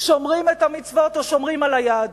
שומרים את המצוות או שומרים על היהדות.